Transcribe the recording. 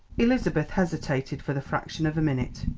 elizabeth hesitated for the fraction of a minute.